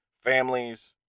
families